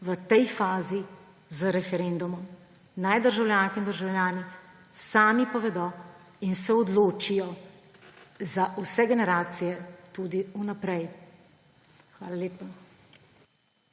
v tej fazi z referendumom. Naj državljanke in državljani sami povedo in se odločijo za vse generacije tudi vnaprej. Hvala lepa.